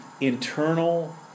internal